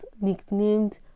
nicknamed